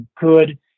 good